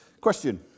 Question